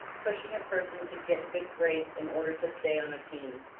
pushing a person to get good grades in order to stay on a team,